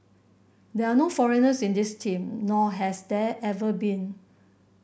there are no foreigners in this team nor has there ever been